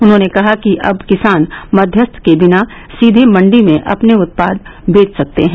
उन्होंने कहा कि अब किसान मध्यस्थ के बिना सीधे मंडी में अपने उत्पाद बेच सकते हैं